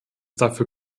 dafür